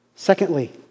Secondly